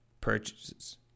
purchases